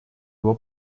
его